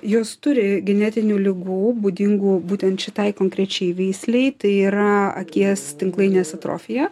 jos turi genetinių ligų būdingų būtent šitai konkrečiai veislei tai yra akies tinklainės atrofija